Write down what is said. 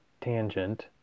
tangent